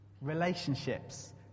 relationships